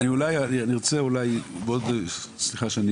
סליחה שאני